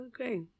Okay